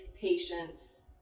patience